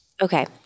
Okay